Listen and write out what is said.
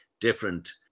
different